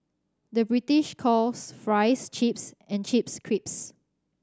the British calls fries chips and chips crips